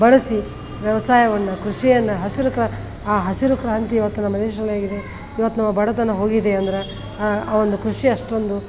ಬಳಸಿ ವ್ಯವಸಾಯವನ್ನು ಕೃಷಿಯನ್ನು ಹಸ್ರು ಕಾ ಆ ಹಸಿರು ಕ್ರಾಂತಿ ಇವತ್ತು ನಮ್ಮ ದೇಶದಲ್ಲಿ ಆಗಿದೆ ಇವತ್ತು ನಮ್ಮ ಬಡತನ ಹೋಗಿದೆ ಅಂದ್ರೆ ಆ ಆ ಒಂದು ಕೃಷಿ ಅಷ್ಟೊಂದು